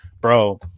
bro